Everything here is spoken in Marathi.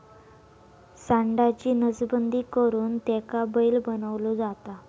सांडाची नसबंदी करुन त्याका बैल बनवलो जाता